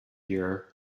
year